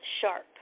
sharp